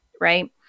right